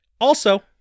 Also-